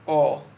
orh